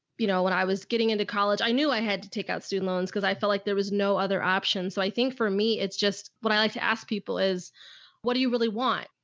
you know, i was getting into college i knew i had to take out student loans cause i felt like there was no other options. so i think for me it's just what i like to ask people is what do you really want?